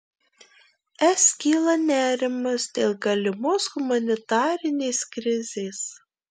es kyla nerimas dėl galimos humanitarinės krizės